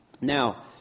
Now